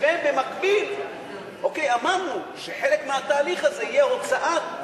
ובמקביל אמרנו שחלק מהתהליך הזה יהיה הוצאה,